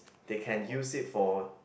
they can use it for